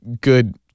good